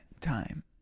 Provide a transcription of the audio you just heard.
time